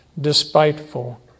despiteful